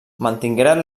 mantingueren